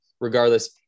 regardless